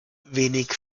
wenig